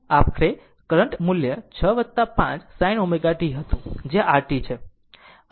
આખરે કરંટ મૂલ્ય6 5 sin ω t હતું જે r t છે